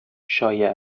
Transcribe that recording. شایع